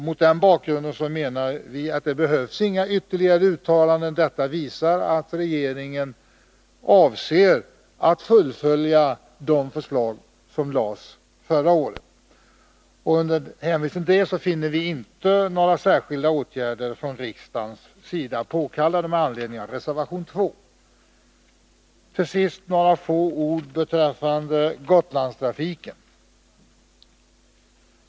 Mot den bakgrunden menar vi att inga ytterligare uttalanden behövs; detta visar att regeringen avser att fullfölja de förslag som framlades förra året. Med hänvisning till det finner vi inte några särskilda åtgärder från riksdagens sida påkallade med anledning av reservation 2. Till sist några ord om Gotlandstrafiken.